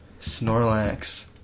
Snorlax